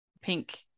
Pink